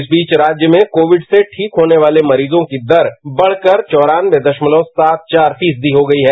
इस बीच राज्य में कोविड से ठीक होने वाले मरीजों की दर बढ़कर आ दशमलव सात चार फीसदी हो गयी है